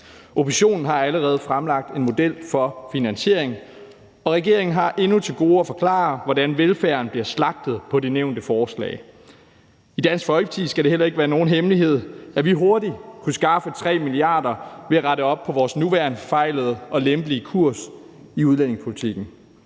Oppositionen har allerede fremlagt en model for finansiering, og regeringen har endnu til gode at forklare, hvordan velfærden bliver slagtet med de nævnte forslag. I Dansk Folkeparti skal det heller ikke være nogen hemmelighed, at vi hurtigt kunne skaffe 3 mia. kr. ved at rette op på vores nuværende forfejlede og lempelige kurs i udlændingepolitikken.